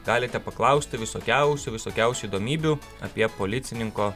galite paklausti visokiausių visokiausių įdomybių apie policininko